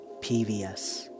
PVS